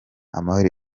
amahoro